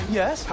yes